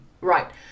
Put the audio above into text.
right